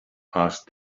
asked